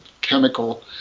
chemical